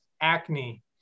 acne